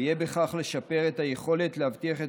ויהיה בכך לשפר את היכולת להבטיח את